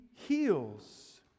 heals